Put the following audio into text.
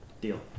deal